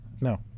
No